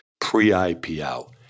pre-IPO